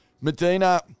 Medina